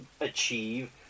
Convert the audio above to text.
achieve